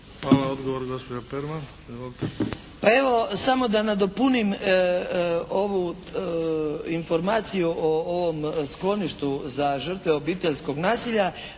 **Perman, Biserka (SDP)** Pa evo samo da nadopunim ovu informaciju o ovom skloništu za žrtve obiteljskog nasilja.